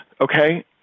okay